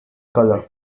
color